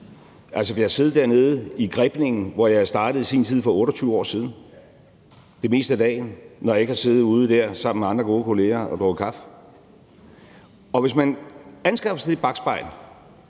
Altså, vi har siddet dernede i grebningen, hvor jeg startede i sin tid for 28 år siden, det meste af dagen, når jeg ikke har siddet derude sammen med andre gode kollegaer og har drukket kaffe. Hvis man anskaffede sig det bakspejl,